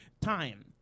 time